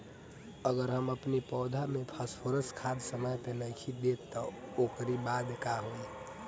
अगर हम अपनी पौधा के फास्फोरस खाद समय पे नइखी देत तअ ओकरी बाद का होई